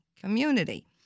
community